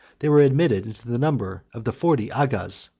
they were admitted into the number of the forty agas,